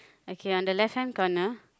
okay on the left hand corner